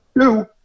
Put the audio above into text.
two